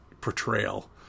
portrayal